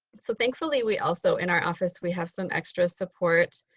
so thankfully we also in our office, we have some extra support.